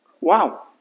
Wow